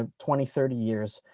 ah twenty, thirty years,